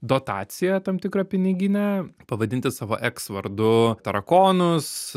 dotaciją tam tikrą piniginę pavadinti savo eks vardu tarakonus